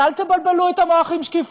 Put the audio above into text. אז אל תבלבלו את המוח עם שקיפות.